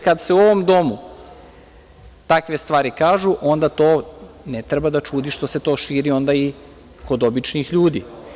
Kad se u ovom Domu takve stvari kažu, onda to ne treba da čudi što se to širi onda i kod običnih ljudi.